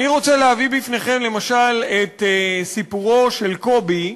אני רוצה להביא בפניכם, למשל, את סיפורו של קובי,